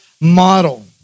model